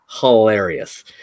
hilarious